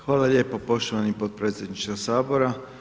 Hvala lijepo poštovani potpredsjedniče Sabora.